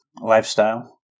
lifestyle